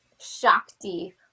Shakti